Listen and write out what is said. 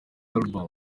album